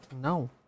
No